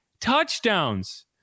touchdowns